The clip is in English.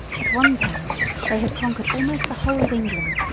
at one time they had conquered almost the whole of england,